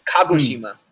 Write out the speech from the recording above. Kagoshima